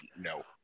no